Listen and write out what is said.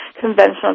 conventional